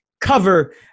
cover